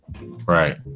right